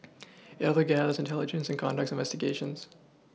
it also gathers intelligence and conducts investigations